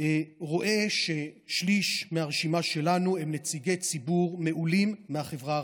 רואה ששליש מהרשימה שלנו הם נציגי ציבור מעולים מהחברה הערבית.